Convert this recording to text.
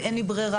ואין לי ברירה,